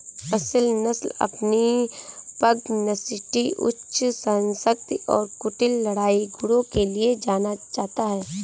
असील नस्ल अपनी पगनासिटी उच्च सहनशक्ति और कुटिल लड़ाई गुणों के लिए जाना जाता है